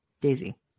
daisy